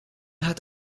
hat